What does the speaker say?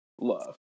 love